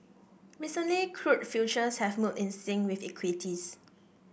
recently crude futures have moved in sync with equities